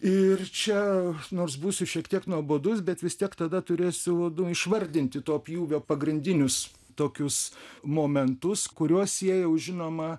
ir čia nors būsiu šiek tiek nuobodus bet vis tiek tada turėsiu o du išvardinti to pjūvio pagrindinius tokius momentus kuriuos siejau žinoma